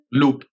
loop